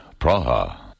Praha